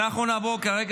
תודה.